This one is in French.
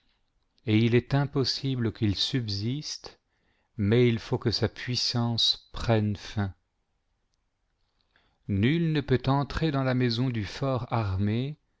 et il est impossible qu'il subsiste mais il faut que sa puissance prenne fin nul ne peut entrer dans la maison du fort